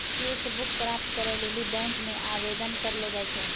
cheque book प्राप्त करै लेली बैंक मे आवेदन करलो जाय छै